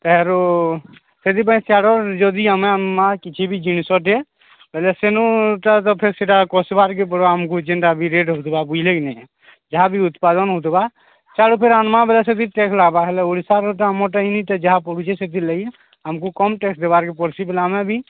ତହାର ସେଥିପାଇଁ ଚାାର ଯଦି ଆମେ ଆମମା କିଛି ବି ଜିନିଷଟେ ବୋଇଲେ ସେନୁଟା ତ ଫେ ସେଟା କଷବାର୍କେ ପଡ଼ ଆମକୁ ଯେନ୍ତା ବି ରେଟ୍ ହବା ବୁଝିଲେ ନାଇ ଯାହା ବି ଉତ୍ପାଦନ ହଉଥିବା ଚା ଫେର ଆନ୍ମା ବେଲେ ସେି ଟେକ୍ସ ଲାଗ୍ବା ହେଲେ ଓଡ଼ିଶାାରଟା ଆମରଟାଇନି ତ ଯାହା ପଡ଼ୁଛେ ସେଥିର୍ଲାଗି ଆମ୍କୁ କମ୍ ଟେକ୍ସ ଦେବାର୍କେ ପଡ଼୍ସି ବେଲା ଆମେ ବି